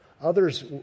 others